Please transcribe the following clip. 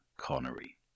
Connery